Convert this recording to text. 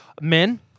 Men